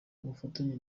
ubufatanye